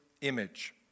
image